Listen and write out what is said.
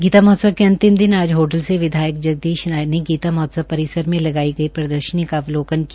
गीता महोत्सव के अंतिम दिन आज होडल से विधायक जगदीश नायर ने गीता महात्सव परिसर में लगाई गई प्रदर्शनी का अवलोकन किया